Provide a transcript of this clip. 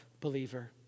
believer